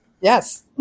Yes